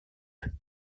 eux